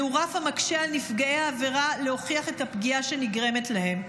זהו רף המקשה על נפגעי העבירה להוכיח את הפגיעה שנגרמת להם.